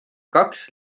kaks